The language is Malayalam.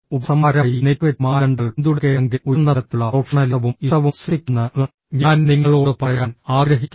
ഉപസംഹാരമായി നെറ്റിക്വെറ്റ് മാനദണ്ഡങ്ങൾ പിന്തുടരുകയാണെങ്കിൽ ഉയർന്ന തലത്തിലുള്ള പ്രൊഫഷണലിസവും ഇഷ്ടവും സൃഷ്ടിക്കുമെന്ന് ഞാൻ നിങ്ങളോട് പറയാൻ ആഗ്രഹിക്കുന്നു